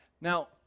Now